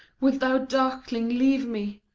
wilt thou darkling leave me?